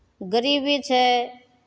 गरीबी छै